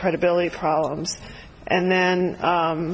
credibility problems and then